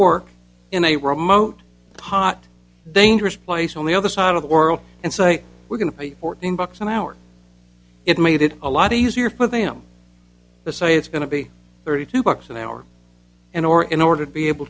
work in a remote hot dangerous place on the other side of the world and say we're going to pay fourteen bucks an hour it made it a lot easier for them to say it's going to be thirty two bucks an hour and or in order to be able